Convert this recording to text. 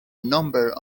number